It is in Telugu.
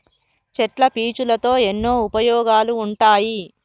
చెట్ల పీచులతో ఎన్నో ఉపయోగాలు ఉంటాయి